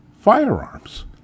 firearms